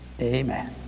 Amen